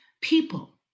people